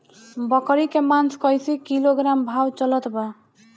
बकरी के मांस कईसे किलोग्राम भाव चलत बा?